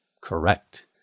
correct